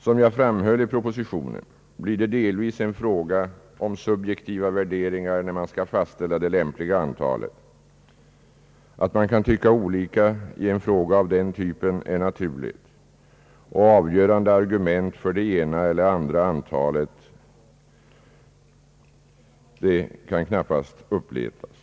Som jag framhöll i propositionen blir det delvis en fråga om subjektiva värderingar, när man skall fastställa det lämpliga antalet. Att man kan tycka olika i en fråga av den typen är naturligt, och avgörande argument för att det ena eller andra antalet är det riktiga kan knappast uppletas.